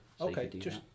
Okay